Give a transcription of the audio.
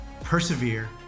persevere